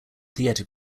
theater